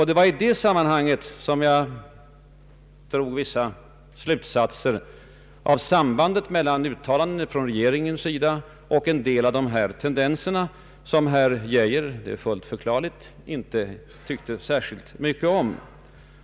Det var i detta sammanhang som jag drog vissa slutsatser av sambandet mellan vissa av regeringens uttalanden och en del av dessa tendenser, som herr Geijer fullt förklarligt inte tyckte så särskilt mycket om.